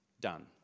done